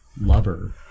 lover